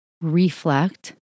reflect